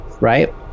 right